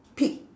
peek